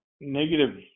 negative